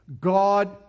god